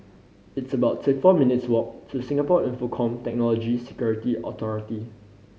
it's about four minutes walk to Singapore Infocomm Technology Security Authority